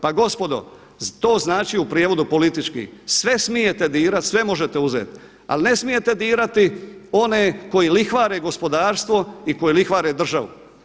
Pa gospodo, to znači u prijevodu politički, sve smijete dirati, sve možete uzeti, ali ne smijete dirati one koji lihvare gospodarstvo i koji lihvare državu.